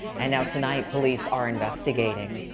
and now tonight, police are investigating.